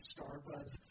Starbucks